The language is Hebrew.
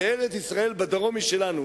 שארץ-ישראל בדרום היא שלנו.